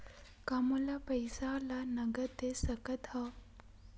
का मोला पईसा ला नगद दे सकत हव?